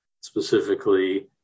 specifically